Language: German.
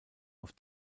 auf